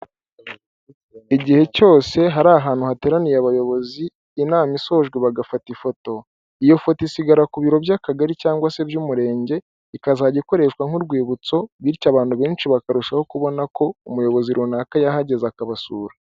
Igihe cyose hari ahantu hateraniye abayobozi inama isojwe bagafata ifoto, iyo foto isigara ku biro by'akagari cyangwa se iby'umurenge ikazajya ikoreshwa nk'urwibutso bityo abantu benshi bakarushaho kubona ko umuyobozi runaka yahageze akabasura.